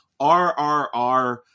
RRR